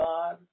God